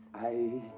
i.